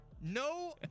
No